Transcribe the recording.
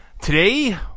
Today